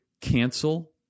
cancel